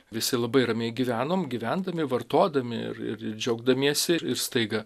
visi labai ramiai gyvenom gyvendami vartodami ir ir džiaugdamiesi ir ir staiga